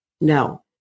No